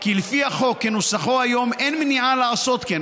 כי לפי החוק כנוסחו היום אין מניעה לעשות כן,